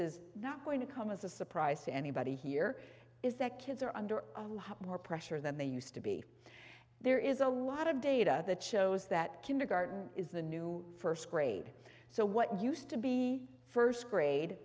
is not going to come as a surprise to anybody here is that kids are under more pressure than they used to be there is a lot of data that shows that kindergarten is the new first grade so what used to be first grade